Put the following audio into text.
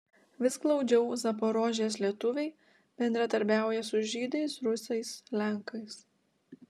vis glaudžiau zaporožės lietuviai bendradarbiauja su žydais rusais lenkais